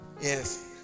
Yes